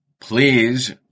please